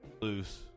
Loose